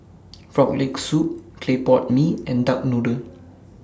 Frog Leg Soup Clay Pot Mee and Duck Noodle